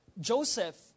Joseph